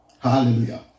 Hallelujah